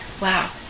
Wow